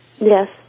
Yes